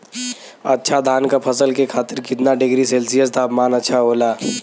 अच्छा धान क फसल के खातीर कितना डिग्री सेल्सीयस तापमान अच्छा होला?